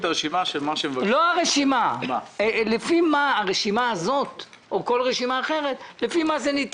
לדעת לפי מה הרשימה הזאת או כל רשימה אחרת ניתנה,